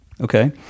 okay